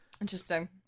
Interesting